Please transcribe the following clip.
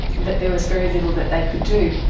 but there was very little that they could do.